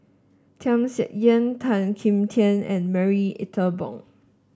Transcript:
Tham Sien Yen Tan Kim Tian and Marie Ethel Bong